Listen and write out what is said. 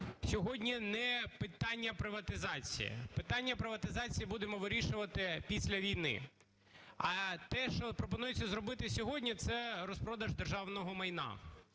Сьогодні не питання приватизації. Питання приватизації будемо вирішувати після війни. А те, що пропонується зробити сьогодні – це розпродаж державного майна.